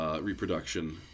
reproduction